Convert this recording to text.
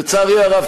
לצערי הרב,